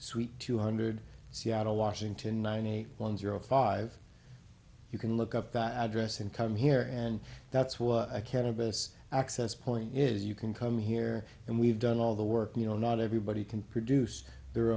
suite two hundred seattle washington nine eight one zero five you can look up the address income here and that's what a cannabis access point is you can come here and we've done all the work you know not everybody can produce their